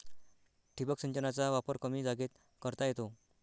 ठिबक सिंचनाचा वापर कमी जागेत करता येतो